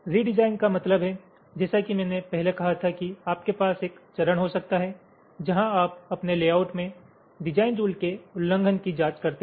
redesign का मतलब है कि जैसा कि मैंने पहले कहा था कि आपके पास एक चरण हो सकता है जहां आप अपने लेआउट में डिजाइन रुल के उल्लंघन की जांच करते हैं